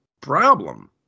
problem